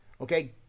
Okay